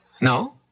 No